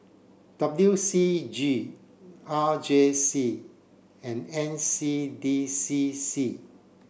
W C G R J C and N C D C C